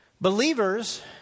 Believers